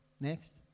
Next